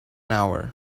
hour